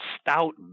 stout